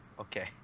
okay